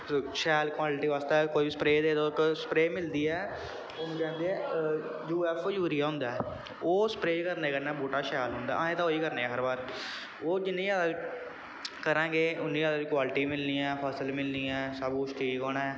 शैल क्वालटी बास्तै कोई स्प्रे दो दो ऐ स्प्रे मिलदी ऐ उसी आखदे लैंदे ऐ यू एफ ओ यूरिया होंदा ऐ ओह् स्प्रे करने कन्नै बूह्टा शैल होंदा ऐ अस ते ओह् ई करने आं हर बार ओह् जिन्नी ज्यादा करां गे उन्नी ज्यादा क्वालटी मिलनी ऐ फसल मिलनी ऐ सब कुछ ठीक होना ऐ